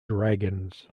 dragons